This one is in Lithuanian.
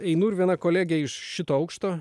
einu ir viena kolegė iš šito aukšto